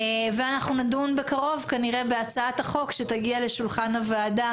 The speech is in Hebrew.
ואנחנו נדון בקרוב כנראה בהצעת החוק שתגיע לשולחן הוועדה,